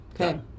Okay